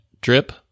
Drip